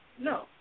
No